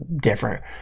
different